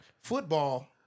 Football